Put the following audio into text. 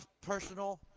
personal